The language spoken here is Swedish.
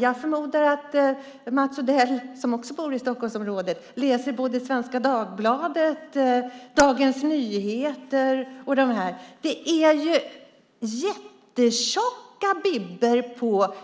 Jag förmodar att Mats Odell, som också bor i Stockholmsområdet, läser både Svenska Dagbladet och Dagens Nyheter. Tidningarna har jättetjocka bibbor